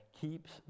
keeps